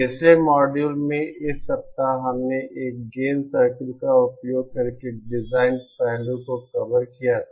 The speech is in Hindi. पिछले मॉड्यूल में इस सप्ताह हमने एक गेन सर्कल का उपयोग करके डिजाइन पहलू को कवर किया था